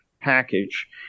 package